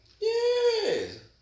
Yes